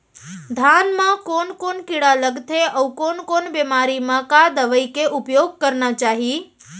धान म कोन कोन कीड़ा लगथे अऊ कोन बेमारी म का दवई के उपयोग करना चाही?